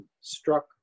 struck